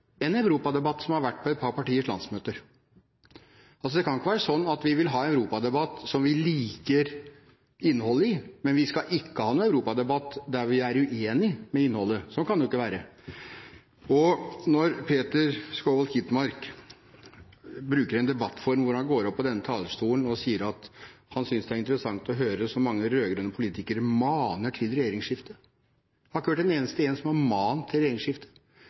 en europadebatt som har vært på et par partiers landsmøter. Det kan ikke være sånn at vi vil ha en europadebatt som vi liker innholdet i, men at vi ikke skal ha en europadebatt hvor vi er uenig i innholdet – sånn kan det jo ikke være. Peter Skovholt Gitmark bruker en debattform der han går opp på denne talerstolen og sier at han synes det er interessant å høre så mange rød-grønne politikere mane til regjeringsskifte. Jeg har ikke hørt en eneste en som har mant til